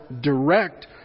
direct